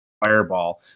Fireball